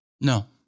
No